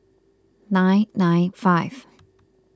nine nine five